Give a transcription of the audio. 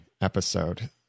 episode